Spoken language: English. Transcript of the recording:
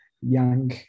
young